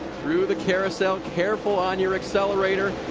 through the carousel, careful on your accelerator.